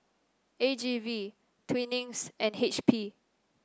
A G V Twinings and H P